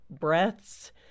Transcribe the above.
breaths